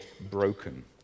broken